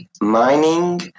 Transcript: mining